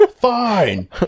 Fine